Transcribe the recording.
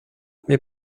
mais